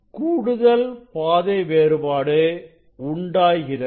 கூடுதல் பாதை வேறுபாடு உண்டாகிறது